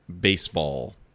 baseball